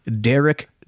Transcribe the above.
Derek